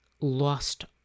lost